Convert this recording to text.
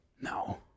No